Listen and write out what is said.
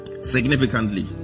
significantly